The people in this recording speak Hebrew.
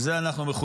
שלזה אנחנו מחויבים,